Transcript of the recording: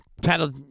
title